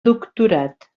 doctorat